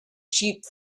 sheep